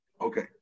Okay